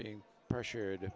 being pressured